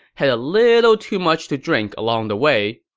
had a little too much to drink along the way,